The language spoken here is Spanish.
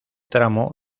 tramo